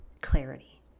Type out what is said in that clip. clarity